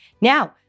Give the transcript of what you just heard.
Now